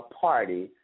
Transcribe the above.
party